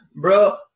Bro